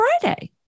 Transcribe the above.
friday